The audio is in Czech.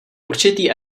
určitý